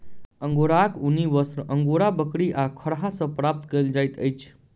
अंगोराक ऊनी वस्त्र अंगोरा बकरी आ खरहा सॅ प्राप्त कयल जाइत अछि